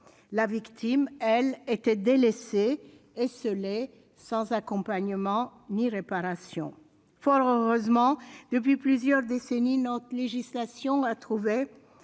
La victime, elle, était délaissée, esseulée, sans accompagnement ni réparation. Fort heureusement, depuis plusieurs décennies, notre législation a évolué